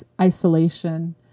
isolation